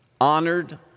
honored